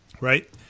right